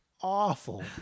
Awful